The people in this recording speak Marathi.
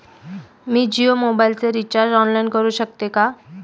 मी जियो मोबाइलचे रिचार्ज ऑनलाइन करू शकते का?